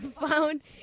found